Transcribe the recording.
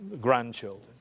grandchildren